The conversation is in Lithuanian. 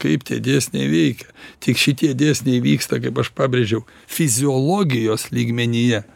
kaip tie dėsniai veikia tik šitie dėsniai vyksta kaip aš pabrėžiau fiziologijos lygmenyje